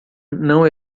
não